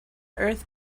earth